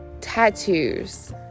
Tattoos